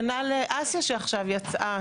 כנ"ל אסיה שעכשיו יצאה,